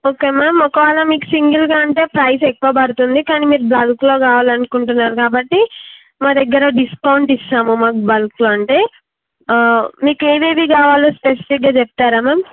okay ma'am ఒకవేళ మీకు సింగిల్గా అంటే ప్రైస్ ఎక్కువ పడుతుంది కానీ మీరు బల్క్లో కావాలనుకుంటున్నారు కాబట్టి మా దగ్గర డిస్కౌంట్ ఇస్తాము మాకు బల్క్లో అంటే మీకు ఏవేవి కావాలో స్పెసిఫిక్గా చెప్తారా మ్యామ్